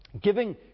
giving